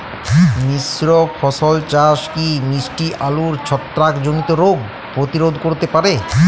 মিশ্র ফসল চাষ কি মিষ্টি আলুর ছত্রাকজনিত রোগ প্রতিরোধ করতে পারে?